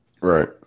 Right